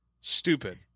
Stupid